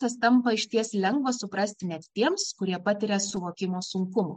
tas tampa išties lengva suprasti net tiems kurie patiria suvokimo sunkumų